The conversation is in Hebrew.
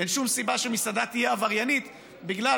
אין שום סיבה שמסעדה תהיה עבריינית בגלל